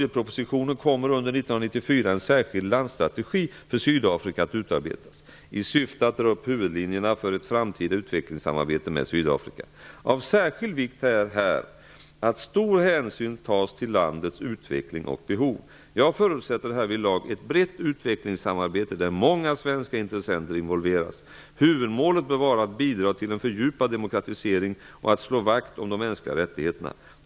1994 en särskild landstrategi för Sydafrika att utarbetas, i syfte att dra upp huvudlinjerna för ett framtida utvecklingssamarbete med Sydafrika. Av särskild vikt är här att stor hänsyn tas till landets utveckling och behov. Jag förutsätter härvidlag ett brett utvecklingssamarbete där många svenska intressenter involveras. Huvudmålet bör vara att bidra till en fördjupad demokratisering och att slå vakt om de mänskliga rättigheterna.